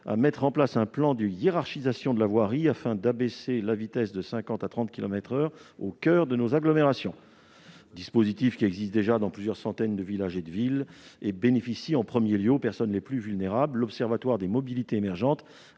à mettre en place un plan de hiérarchisation de la voirie, afin d'abaisser la vitesse de 50 à 30 kilomètres à l'heure au coeur de nos agglomérations. Ce dispositif existe déjà dans plusieurs centaines de villages et de villes, et il bénéficie en premier lieu aux personnes les plus vulnérables. L'Observatoire des mobilités émergentes